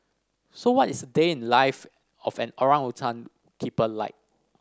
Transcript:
so what is a day in the life of an orangutan keeper like